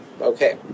Okay